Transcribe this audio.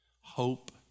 Hope